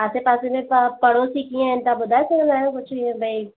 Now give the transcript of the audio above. आसे पासे में सभु पड़ोसी कीअं आहिनि तव्हां ॿुधाए सघंदा आहियो कुझु ईअं भाई